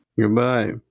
Goodbye